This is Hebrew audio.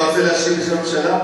אתה רוצה להשיב בשם הממשלה?